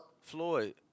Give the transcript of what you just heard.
Floyd